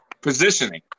positioning